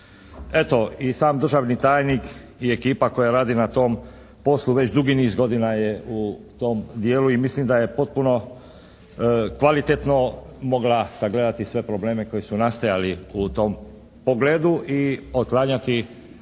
Eto i sam državni tajnik i ekipa koja radi na tom poslu već dugi niz godina je u tom dijelu i mislim da je potpuno kvalitetno mogla sagledati sve probleme koji su nastajali u tom pogledu i otklanjati svaki